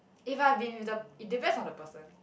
if I've been with the it depends on the person